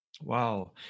Wow